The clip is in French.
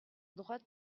droite